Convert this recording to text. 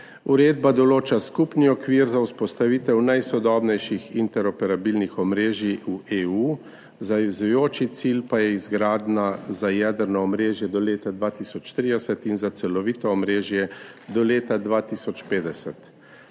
Uredba določa skupni okvir za vzpostavitev najsodobnejših interoperabilnih omrežij v EU, zavezujoči cilj pa je izgradnja za jedrno omrežje do leta 2030 in za celovito omrežje do leta 2050.